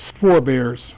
forebears